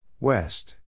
West